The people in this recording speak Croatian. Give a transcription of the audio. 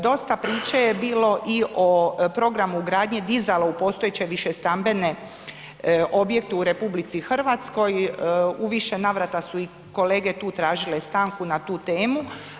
Dosta priče je bilo i o programu gradnje dizala u postojeće višestambene objekte u RH, u više navrata su i kolege tu tražile stanku na tu temu.